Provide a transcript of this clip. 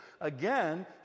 again